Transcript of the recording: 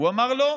הוא אמר "לא"